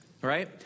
right